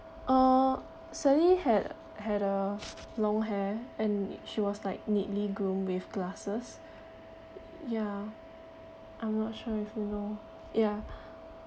uh sally had had had a long hair and she was like neatly groomed with glasses ya I'm not sure if you know ya